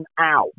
out